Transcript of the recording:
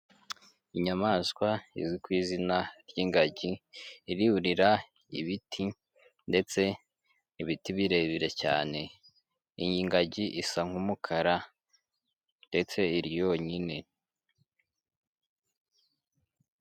Inyamaswa izwi ku izina ry'ingagi, irurira ibiti ndetse ibiti birebire cyane, iyi ngagi isa nk'umukara ndetse iri yonyine.